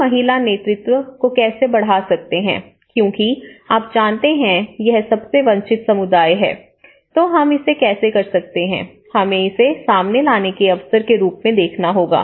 हम महिला नेतृत्व को कैसे बढ़ा सकते हैं क्योंकि आप जानते हैं यह सबसे वंचित समुदाय है तो हम इसे कैसे कर सकते हैं हमें इसे सामने लाने के अवसर के रूप में देखना होगा